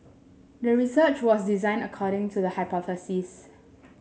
the research was designed according to the hypothesis